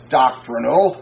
doctrinal